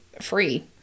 free